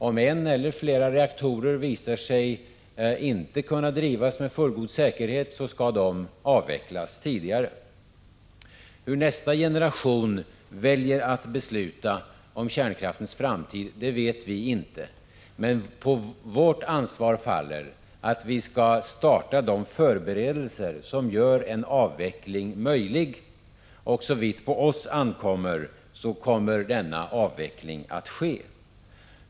Om en eller flera reaktorer visar sig inte kunna drivas med fullgod säkerhet skall den eller de avvecklas tidigare. Hur nästa generation väljer att besluta om kärnkraftens framtid vet vi inte, men på vårt ansvar faller att vi skall starta de förberedelser som gör en avveckling möjlig, och såvitt på oss ankommer kommer denna avveckling att ske.